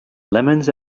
lemons